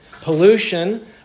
Pollution